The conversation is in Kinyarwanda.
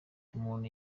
umuntu